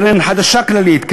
קרן חדשה כללית,